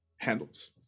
handles